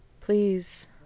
Please